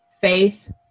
faith